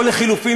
או לחלופין,